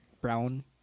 brown